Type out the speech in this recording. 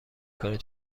کنین